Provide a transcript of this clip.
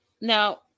Now